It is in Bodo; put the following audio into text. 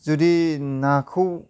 जुदि नाखौ